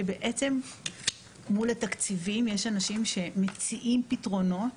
שבעצם מול התקציבים יש אנשים שמציעים פתרונות